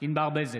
ענבר בזק,